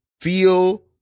feel